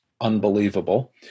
unbelievable